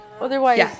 Otherwise